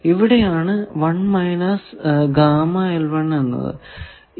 ഇവിടെയാണ് 1 മൈനസ് എന്നത്